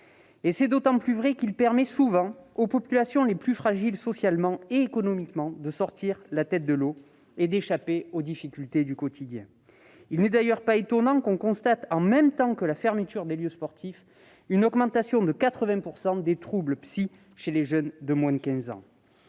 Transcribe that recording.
C'est d'autant plus vrai qu'il permet souvent aux populations les plus fragiles socialement et économiquement de sortir la tête de l'eau et d'échapper aux difficultés du quotidien. Il n'est d'ailleurs pas étonnant que l'on constate, en même temps que la fermeture des lieux sportifs, une augmentation de 80 % des troubles d'ordre psychologique chez les jeunes de moins de 15 ans.